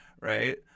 Right